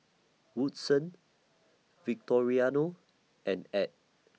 Woodson Victoriano and Add